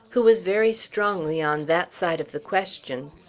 who was very strongly on that side of the question.